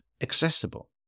accessible